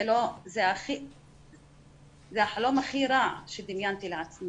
זה החלום הכי רע שדמיינתי לעצמי,